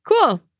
Cool